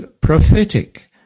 prophetic